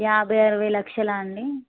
యాభై అరవై లక్షలా అండి